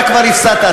אתה כבר הפסדת,